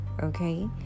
okay